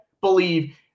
believe